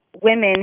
women